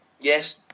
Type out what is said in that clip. Yes